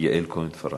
יעל כהן-פארן.